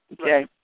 Okay